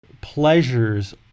pleasures